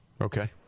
Okay